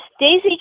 Daisy